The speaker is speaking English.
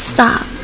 stop